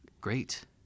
great